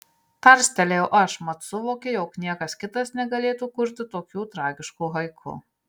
tarstelėjau aš mat suvokiau jog niekas kitas negalėtų kurti tokių tragiškų haiku